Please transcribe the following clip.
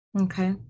Okay